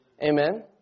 Amen